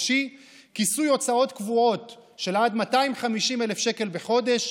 כיסוי הוצאות קבועות של עד 250,000 שקל בחודש.